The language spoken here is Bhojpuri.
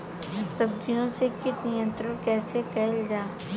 सब्जियों से कीट नियंत्रण कइसे कियल जा?